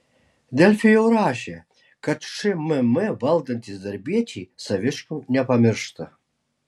delfi jau rašė kad šmm valdantys darbiečiai saviškių nepamiršta